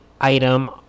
item